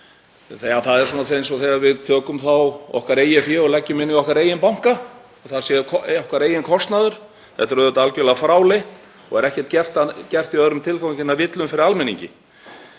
Það er svona eins og þegar við tökum okkar eigið fé og leggjum inn í okkar eigin banka, að það sé okkar eigin kostnaður. Þetta er auðvitað algerlega fráleitt og er ekki gert í öðrum tilgangi en að villa um fyrir almenningi.